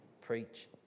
Preach